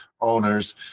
owners